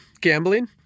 gambling